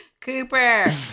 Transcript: Cooper